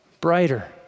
brighter